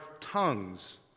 tongues